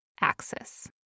axis